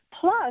Plus